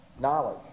knowledge